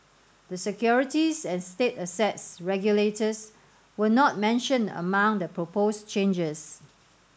the securities and state assets regulators were not mentioned among the proposed changes